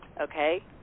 okay